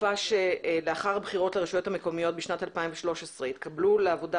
בתקופה שלאחר הבחירות לרשויות המקומיות בשנת 2013 התקבלו לעבודה